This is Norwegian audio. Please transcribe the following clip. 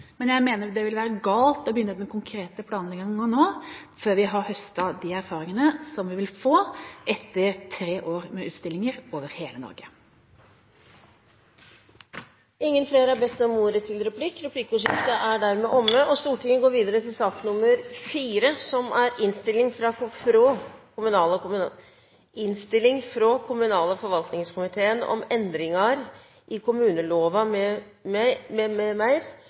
Men jeg mener at det vil være galt å begynne med den konkrete planleggingen nå, før vi har høstet de erfaringene som vi vil få etter tre år med utstillinger over hele Norge. Replikkordskiftet er omme. Flere har ikke bedt om ordet til sak nr. 3. Etter ønske fra kommunal- og forvaltningskomiteen vil presidenten foreslå at taletiden begrenses til 40 minutter og fordeles med inntil 5 minutter til hvert parti og